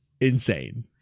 Insane